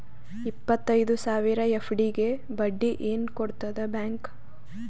ಇಪ್ಪತ್ತೈದು ಸಾವಿರ ಎಫ್.ಡಿ ಗೆ ಬಡ್ಡಿ ಏನ ಕೊಡತದ ಬ್ಯಾಂಕ್?